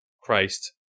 Christ